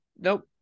Nope